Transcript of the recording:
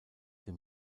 dem